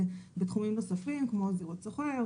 ניסיון בתחומים נוספים כמו זירות סוחר,